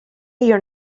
you’re